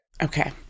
Okay